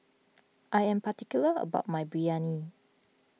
I am particular about my Biryani